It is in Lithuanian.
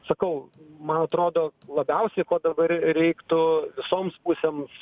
sakau man atrodo labiausiai ko dabar reiktų visoms pusėms